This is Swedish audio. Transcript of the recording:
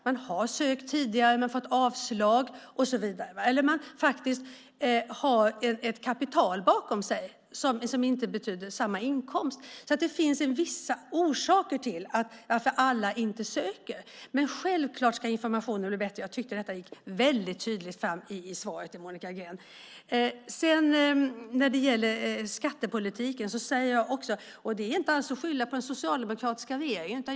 De har sökt tidigare men har fått avslag, och så vidare. De har ett kapital bakom sig men som inte betyder samma inkomst. Det finns orsaker till varför alla inte söker. Självklart ska informationen bli bättre. Jag tycker att detta framgick väldigt tydligt i svaret till Monica Green. När det gäller skattepolitiken handlar det inte alls om att skylla på den socialdemokratiska regeringen.